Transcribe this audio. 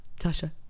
Tasha